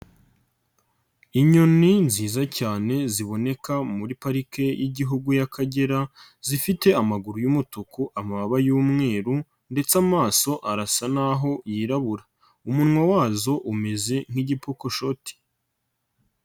Inyoni nziza cyane ziboneka muri parike y'Igihugu y'Akagera zifite amaguru y'umutuku, amababa y'umweru ndetse amaso arasa n'aho yirabura, umunwa wazo umeze nk'igipokoshoti.